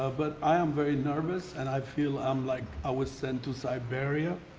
ah but i am very nervous and i feel i'm like i was sent to siberia